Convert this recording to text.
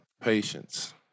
patience